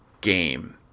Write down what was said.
game